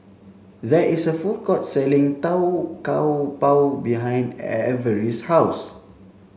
there is a food court selling Tau Kwa Pau behind Avery's house